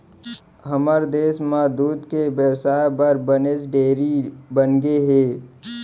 हमर देस म दूद के बेवसाय बर बनेच डेयरी बनगे हे